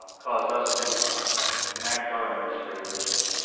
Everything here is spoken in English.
caused us to enact our emergency regulations,